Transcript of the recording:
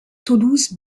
toulouse